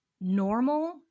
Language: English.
normal